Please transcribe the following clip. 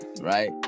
right